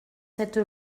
cette